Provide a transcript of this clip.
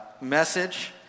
message